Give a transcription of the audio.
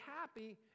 happy